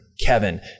Kevin